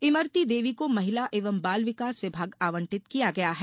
इमरती देवी को महिला एवं बाल विकास विभाग आवंटित किया गया है